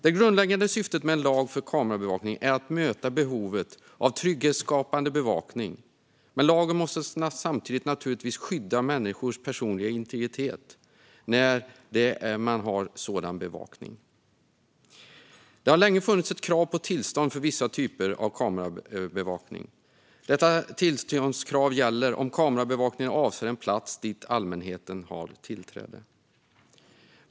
Det grundläggande syftet med en lag för kamerabevakning är att möta behovet av trygghetsskapande bevakning, men lagen måste samtidigt naturligtvis skydda människors personliga integritet. Det har länge funnits ett krav på tillstånd för vissa typer av kamerabevakning. Detta tillståndskrav gäller om kamerabevakningen avser en plats dit allmänheten har tillträde.